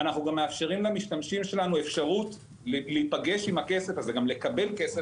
אנחנו גם מאפשרים למשתמשים שלנו אפשרות להיפגש עם הכסף הזה וגם לקבל כסף